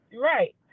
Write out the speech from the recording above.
right